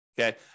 Okay